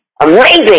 amazing